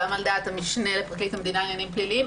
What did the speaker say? גם על דעת המשנה לפרקליט המדינה לעניינים פליליים.